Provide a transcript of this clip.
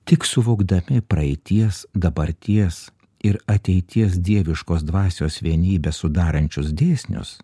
tik suvokdami praeities dabarties ir ateities dieviškos dvasios vienybę sudarančius dėsnius